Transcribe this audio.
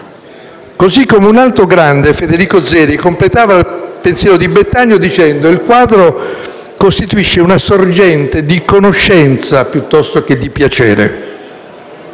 modo, un altro grande, Federico Zeri, completava il pensiero di Bettagno dicendo: «Il quadro costituisce una sorgente di conoscenza, piuttosto che di piacere».